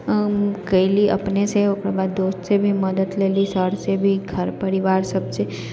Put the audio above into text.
अऽ कैली अपनेसँ ओकरा बाद दोस्तसँ भी मदति लेली सरसँ भी घर परिवार सबसँ